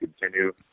continue